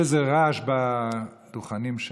יש איזה רעש בדוכנים שם.